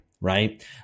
Right